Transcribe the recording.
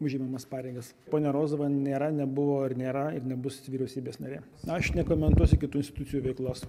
užimamas pareigas ponia rozova nėra nebuvo ir nėra ir nebus vyriausybės narė aš nekomentuosiu kitų institucijų veiklos